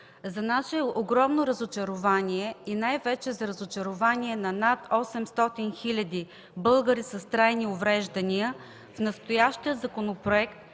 За нас е огромно разочарование и най-вече за разочарование на над 800 хиляди българи – хора с увреждания, в настоящия законопроект